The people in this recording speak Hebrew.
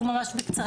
תציגי את עצמך.